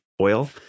oil